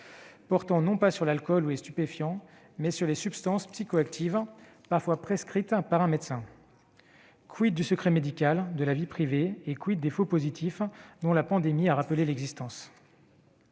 portant non pas sur l'alcool ou les stupéfiants, mais sur des substances psychoactives parfois prescrites par un médecin. du secret médical et de la vie privée ? également des « faux positifs » dont la pandémie a rappelé l'existence ?